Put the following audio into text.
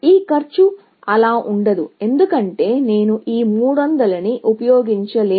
ఈ కాస్ట్ అలా ఉండదు ఎందుకంటే నేను ఈ 300 ని ఉపయోగించలేను